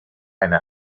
eine